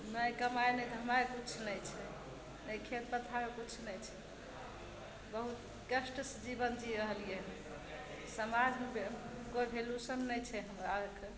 ने कमाइ ने तमाइ किछु नहि छै ने खेत पथार किछु नहि छै बहुत कष्टसँ जीवन जी रहलियै हँ समाजमे कोइ वैल्यू से नहि छै हमरा आरके